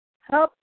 help